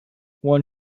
one